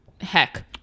heck